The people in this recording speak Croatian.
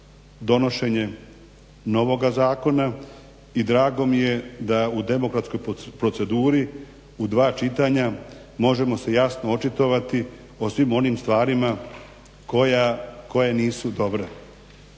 donošenje novoga zakona i drago mi je da u demokratskoj proceduri možemo se jasno očitovati o svim onim stvarima koje nisu dobre.